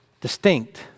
distinct